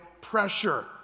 pressure